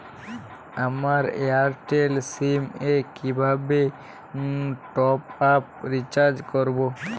আমার Airtel sim এ কিভাবে টপ আপ রিচার্জ করবো?